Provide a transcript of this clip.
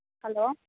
hello